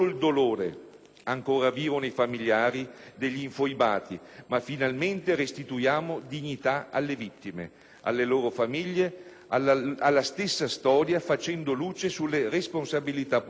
ancora vivo nei famigliari degli infoibati, ma finalmente restituiamo dignità alle vittime, alle loro famiglie, alla stessa storia, facendo luce sulle responsabilità politiche.